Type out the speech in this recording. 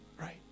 Right